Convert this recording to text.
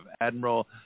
admiral